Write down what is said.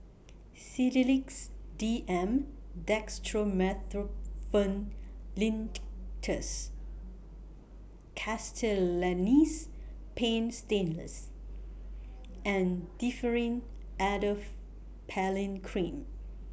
Sedilix D M Dextromethorphan Linctus Castellani's Paint Stainless and Differin Adapalene Cream